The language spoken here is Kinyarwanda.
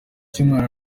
cy’umwana